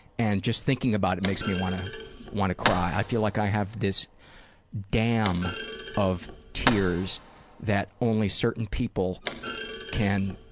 and just thinking about it makes me want to want to cry. i feel like i have this dam of tears that only certain people can